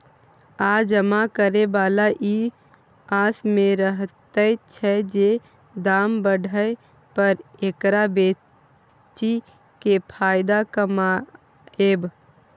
आ जमा करे बला ई आस में रहैत छै जे दाम बढ़य पर एकरा बेचि केँ फायदा कमाएब